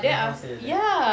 then how seh like that